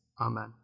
amen